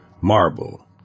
Marble